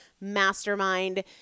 mastermind